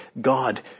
God